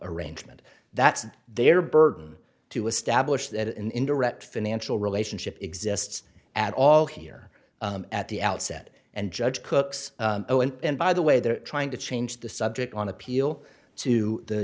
arrangement that's their burden to establish that an indirect financial relationship exists at all here at the outset and judge cooks and by the way they're trying to change the subject on appeal to the